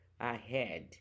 ahead